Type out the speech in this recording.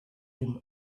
him